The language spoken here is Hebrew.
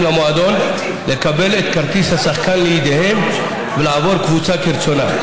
למועדון לקבל את כרטיס השחקן לידיהם ולעבור קבוצה כרצונם.